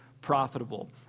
profitable